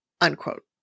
Unquote